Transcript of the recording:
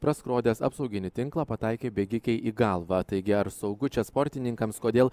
praskrodęs apsauginį tinklą pataikė bėgikei į galvą taigi ar saugu čia sportininkams kodėl